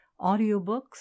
audiobooks